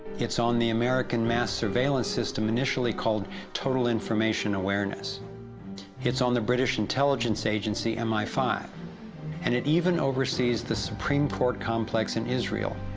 it's on the american mass surveillance system, initially called total information awareness it's on the british intelligence agency and mi five and it even oversees the supreme court complex in israel,